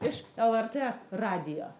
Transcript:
iš lrt radijo